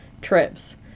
trips